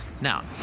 Now